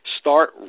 Start